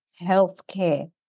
healthcare